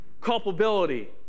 culpability